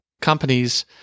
companies